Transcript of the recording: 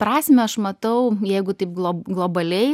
prasmę aš matau jeigu taip glob globaliai